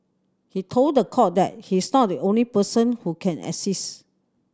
he told the court that he is not the only person who can assist